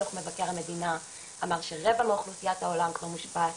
דו"ח מבקר המדינה אמר שרבע מאוכלוסיית העולם כבר מושפעת,